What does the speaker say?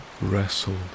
wrestled